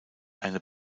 eine